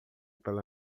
pela